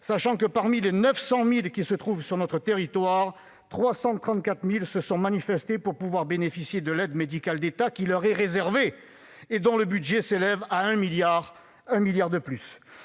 sachant que, parmi les 900 000 qui se trouvent sur notre territoire, 334 000 se sont manifestés pour pouvoir bénéficier de l'aide médicale d'État, qui leur est réservée, et dont le budget s'élève à 1 milliard d'euros,